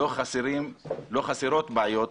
לא חסרות בעיות,